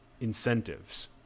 incentives